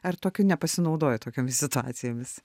ar tokiu nepasinaudoji tokiomis situacijomis